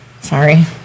sorry